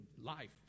life